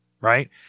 Right